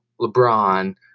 LeBron